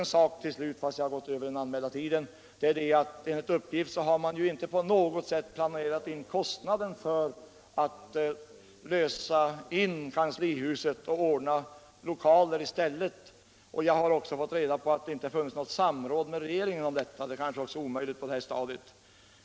En sak till, trots att jag överskridit den anmälda tiden. Enligt uppgift har man inte på något sätt planerat in kostnaden för att lösa in kanslihuset och ordna nya lokaler. Jag har också fått reda på att det inte funnits något samråd med regeringen om detta; det kanske har varit omöjligt på det här stadiet.